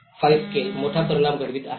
5 scale मोठा परिणाम घडवित आहे